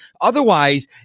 Otherwise